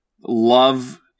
love